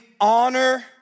Honor